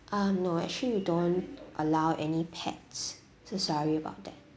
uh no actually we don't allow any pets so sorry about that